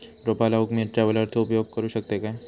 रोपा लाऊक मी ट्रावेलचो उपयोग करू शकतय काय?